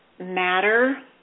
matter